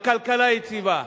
הכלכלה יציבה,